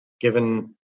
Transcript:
given